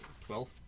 Twelve